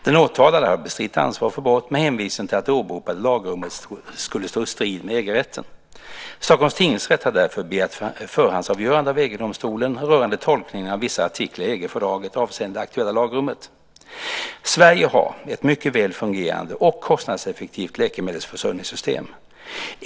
Den åtalade har bestritt ansvar för brott med hänvisningen att det åberopade lagrummet skulle stå i strid med EG-rätten. Stockholms tingsrätt har därför begärt förhandsavgörande av EG-domstolen rörande tolkningen av vissa artiklar i EG-fördraget avseende det aktuella lagrummet. Sverige har ett mycket välfungerande och kostnadseffektivt läkemedelsförsörjningssystem.